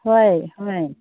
ꯍꯣꯏ ꯍꯣꯏ